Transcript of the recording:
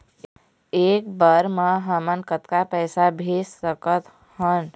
एक बर मे हमन कतका पैसा भेज सकत हन?